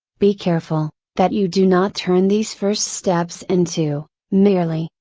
be careful, that you do not turn these first steps into, merely,